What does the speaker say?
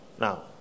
Now